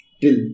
Till